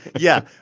yeah.